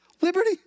Liberty